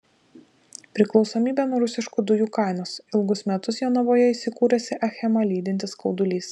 priklausomybė nuo rusiškų dujų kainos ilgus metus jonavoje įsikūrusią achemą lydintis skaudulys